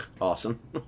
Awesome